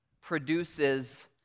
produces